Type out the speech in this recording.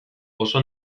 oso